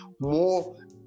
more